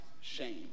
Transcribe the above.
shame